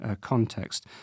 context